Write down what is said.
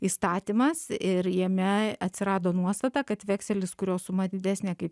įstatymas ir jame atsirado nuostata kad vekselis kurio suma didesnė kaip